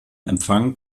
empfang